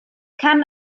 kann